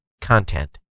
content